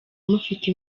mufite